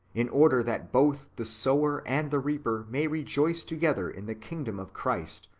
in order that both the sower and the reaper may rejoice together in the kingdom of christ,